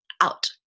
out